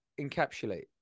encapsulate